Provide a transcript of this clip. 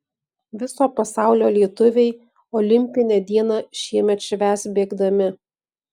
viso pasaulio lietuviai olimpinę dieną šiemet švęs bėgdami